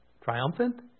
Triumphant